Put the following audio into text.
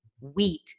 wheat